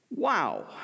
wow